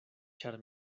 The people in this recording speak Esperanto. ĉar